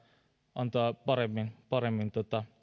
antaa paremmin paremmin